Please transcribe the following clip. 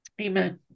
Amen